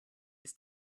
ist